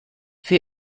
für